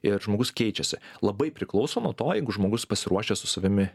ir žmogus keičiasi labai priklauso nuo to jeigu žmogus pasiruošęs su savimi